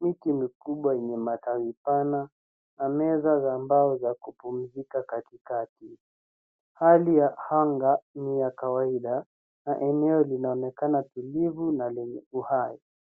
miti mikubwa yenye matawi pana na meza za mbao za kupumzika katikati, hali ya anga ni ya kawaida na eneo linaonekana tulivu na lenye uhai.